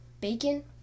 Bacon